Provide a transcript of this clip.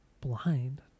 Blind